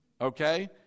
Okay